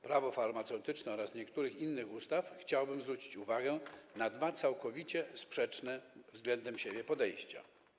Prawo farmaceutyczne oraz niektórych innych ustaw, chciałbym zwrócić uwagę na dwa całkowicie sprzeczne podejścia.